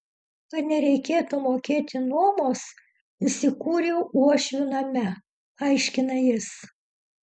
kad nereikėtų mokėti nuomos įsikūriau uošvių name aiškina jis